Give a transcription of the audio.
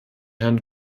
herrn